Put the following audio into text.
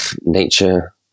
nature